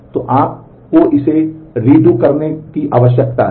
तो आपको इसे रीडू भी करने की आवश्यकता है